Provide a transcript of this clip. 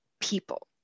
people